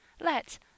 Let's